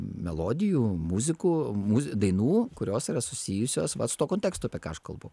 melodijų muzikų dainų kurios yra susijusios vat su tuo kontekstu apie ką aš kalbu